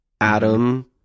adam